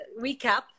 recap